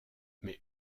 mais